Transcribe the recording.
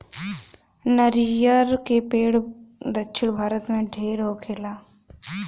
नरियर के पेड़ दक्षिण भारत में ढेर होखेला